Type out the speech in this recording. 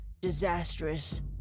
disastrous